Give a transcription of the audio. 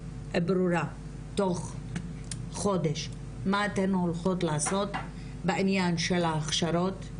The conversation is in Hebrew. אנחנו צריכים לתת כלים לממש את ההחלטות האלה.